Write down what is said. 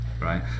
right